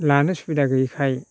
लानो सुबिदा गैयिखाय